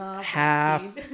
half